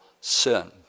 Sin